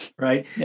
right